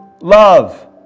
love